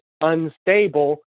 unstable